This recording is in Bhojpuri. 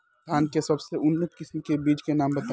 धान के सबसे उन्नत किस्म के बिज के नाम बताई?